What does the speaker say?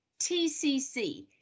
TCC